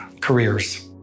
careers